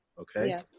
Okay